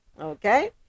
Okay